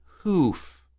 hoof